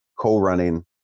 co-running